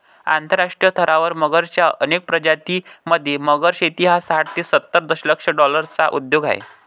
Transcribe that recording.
आंतरराष्ट्रीय स्तरावर मगरच्या अनेक प्रजातीं मध्ये, मगर शेती हा साठ ते सत्तर दशलक्ष डॉलर्सचा उद्योग आहे